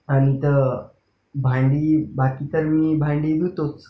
आनत भांडी बाकी तर मी भांडी धुतोच